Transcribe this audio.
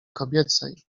kobiecej